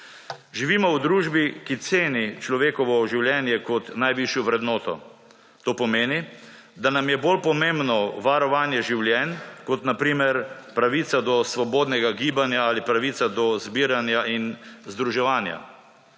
Živimo v družbi, ki ceni človekovo življenje kot najvišjo vrednoto. To pomeni, da nam je bolj pomembno varovanje življenj kot na primer pravica do svobodnega gibanja ali pravica do zbiranja in združevanja.